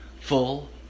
Full